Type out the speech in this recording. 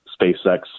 spacex